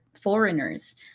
foreigners